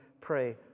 pray